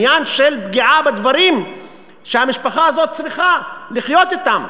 זה עניין של פגיעה בדברים שהמשפחה הזאת צריכה לחיות אתם.